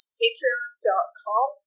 patreon.com